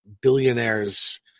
billionaire's